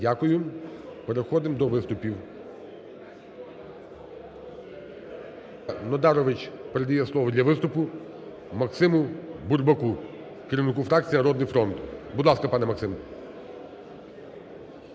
Дякую. Переходимо до виступів. Хвича Нодарович передає слово для виступу Максиму Бурбаку, керівнику фракції "Народний фронт". Будь ласка, пане Максим.